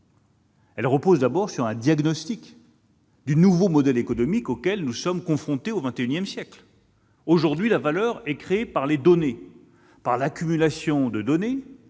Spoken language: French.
Elle repose d'abord sur un diagnostic du nouveau modèle économique auquel nous sommes confrontés au XXI siècle. Aujourd'hui, la valeur est créée par les données, par leur accumulation, leur